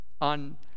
on